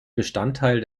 bestandteil